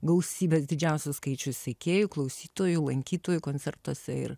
gausybes didžiausią skaičių sekėjų klausytojų lankytojų koncertuose ir